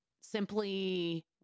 simply